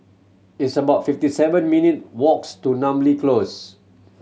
it's about fifty seven minute walks to Namly Close